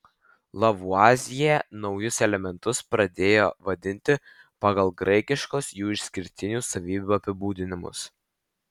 lavuazjė naujus elementus pradėjo vadinti pagal graikiškus jų išskirtinių savybių apibūdinimus